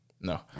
No